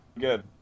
Good